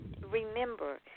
remember